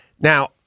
Now